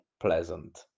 Pleasant